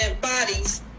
bodies